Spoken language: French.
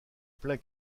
plein